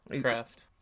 craft